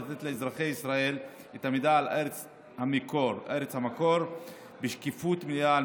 לתת לאזרחי ישראל את המידע על ארץ המקור בשקיפות מלאה על